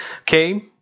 Okay